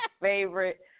favorite